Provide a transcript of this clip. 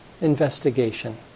investigation